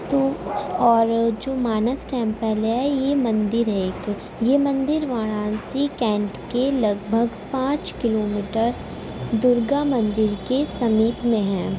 تو اور جو مانس ٹیمپل ہے یہ مندر ہے ایک یہ مندر وارانسی کینٹ کے لگ بھگ پانچ کلو میٹر درگا مندر کے سمیپ میں ہیں